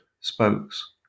spokes